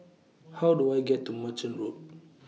How Do I get to Merchant Road